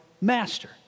master